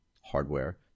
hardware